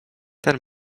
ten